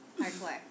Hardcore